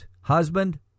husband